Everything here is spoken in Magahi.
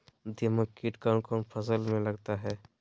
दीमक किट कौन कौन फसल में लगता है?